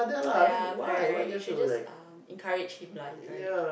yeah correct you should just um encourage him lah encourage